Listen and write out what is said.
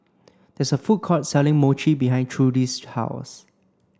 there is a food court selling Mochi behind Trudy's house